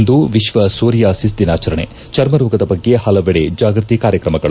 ಇಂದು ವಿಶ್ವ ಸೋರಿಯಾಸಿಸ್ ದಿನಾಚರಣೆ ಚರ್ಮ ರೋಗದ ಬಗ್ಗೆ ಹಲವೆಡೆ ಜಾಗೃತಿ ಕಾರ್ಯಕ್ರಮಗಳು